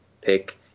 pick